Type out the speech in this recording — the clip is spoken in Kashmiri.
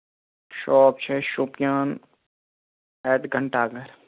شاپ چھُ اَسہِ شُپین ایٹ گَھنٹا گر